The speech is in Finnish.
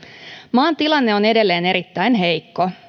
maan tilanne on edelleen erittäin heikko